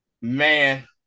Man